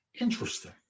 interesting